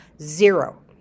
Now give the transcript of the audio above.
zero